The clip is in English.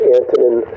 Antonin